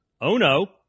oh-no